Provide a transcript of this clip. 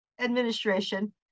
administration